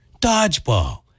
Dodgeball